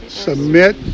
submit